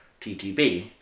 TTB